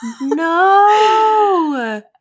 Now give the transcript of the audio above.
No